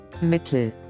Mittel